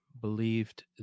believed